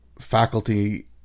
faculty